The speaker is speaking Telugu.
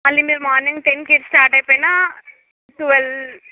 మళ్ళి మీరు మార్నింగ్ టెన్కి స్టార్ట్ అయిపోయిన టువల్వ్